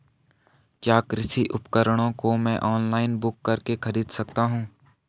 क्या कृषि उपकरणों को मैं ऑनलाइन बुक करके खरीद सकता हूँ?